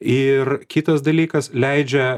ir kitas dalykas leidžia